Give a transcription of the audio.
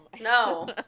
No